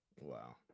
Wow